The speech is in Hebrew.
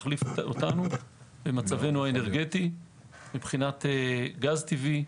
במצבנו האנרגטי מבחינת גז טבעי,